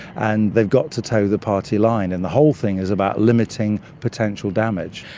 and they've got to toe the party line. and the whole thing is about limiting potential damage.